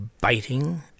biting